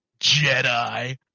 Jedi